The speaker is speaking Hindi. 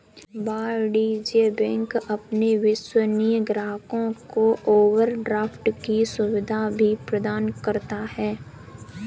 वाणिज्य बैंक अपने विश्वसनीय ग्राहकों को ओवरड्राफ्ट की सुविधा भी प्रदान करता है